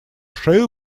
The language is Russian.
шею